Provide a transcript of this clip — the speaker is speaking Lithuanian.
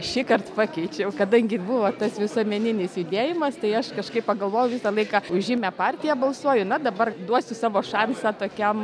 šįkart pakeičiau kadangi buvo tas visuomeninis judėjimas tai aš kažkaip pagalvojau visą laiką už žymią partiją balsuoju na dabar duosiu savo šansą tokiam